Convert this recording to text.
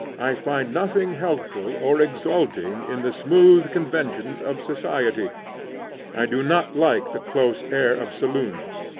i find nothing healthful or exalting in the smooth conventions of society i do not like the close air of saloons.